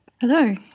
Hello